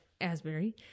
Asbury